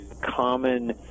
common